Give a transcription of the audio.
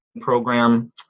program